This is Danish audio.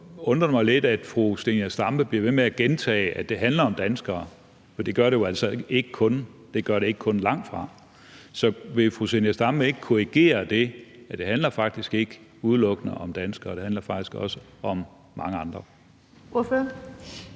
undrer det mig lidt, at fru Zenia Stampe bliver ved med at gentage, at det handler om danskere, for det gør det jo altså langtfra ikke kun. Så vil fru Zenia Stampe ikke korrigere det, i forhold til at det faktisk ikke udelukkende handler om danskere? Det handler faktisk også om mange andre.